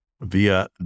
Via